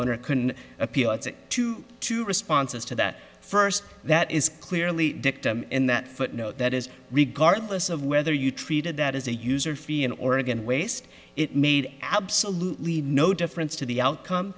owner can appeal to two responses to that first that is clearly dictum in that footnote that is regardless of whether you treated that as a user fee in oregon waste it made absolutely no difference to the outcome